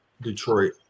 Detroit